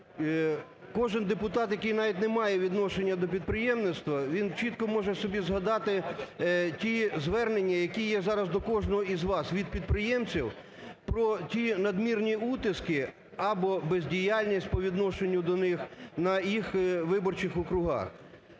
Кожен депутат, який навіть не має відношення до підприємництва, він чітко може собі згадати ті звернення, які є зараз до кожного із вас від підприємців про ті надмірні утиски або бездіяльність по відношенню до них на їх виборчих округах.